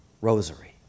rosary